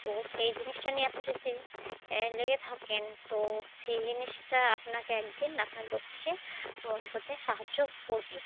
তো সেই জিনিসটা নিয়ে আপনি যদি লেগে থাকেন তো সেই জিনিসটা আপনাকে একদিন আপনার লক্ষ্যে পৌঁছতে সাহায্য করবে